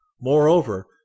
moreover